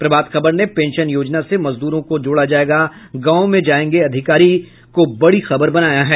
प्रभात खबर ने पेंशन योजना से मजदूरों को जोड़ा जायेगा गांव में जायेंगे अधिकारी को बड़ी खबर बनाया है